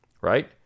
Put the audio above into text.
right